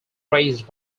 raised